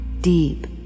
deep